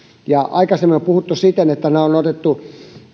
ja aikaisemmin on puhuttu siten että ne on on otettu